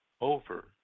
over